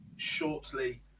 shortly